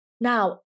Now